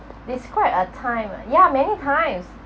describe a time ah yeah many times